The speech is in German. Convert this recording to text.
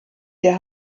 der